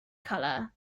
colour